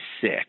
sick